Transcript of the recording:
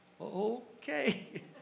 Okay